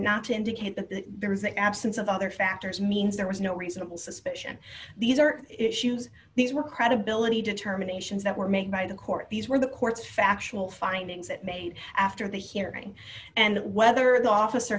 not to indicate that there is an absence of other factors means there was no reasonable suspicion these are issues these were credibility determinations that were made by the court these were the court's factual findings that made after the hearing and whether the officer